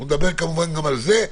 נדבר כמובן גם על זה,